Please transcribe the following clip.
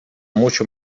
mucho